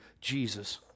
Jesus